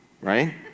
right